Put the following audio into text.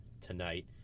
tonight